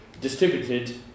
distributed